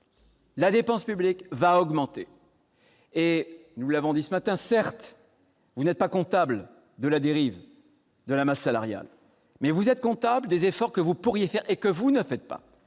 La dépense publique va augmenter. Certes, comme nous l'avons dit ce matin, vous n'êtes pas comptable de la dérive de la masse salariale, mais vous êtes comptable des efforts que vous pourriez faire et que vous ne faites pas,